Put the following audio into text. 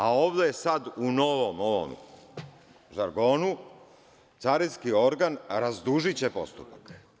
A ovde sad u novom ovom žargonu – carinski organ razdužiće postupak.